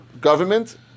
government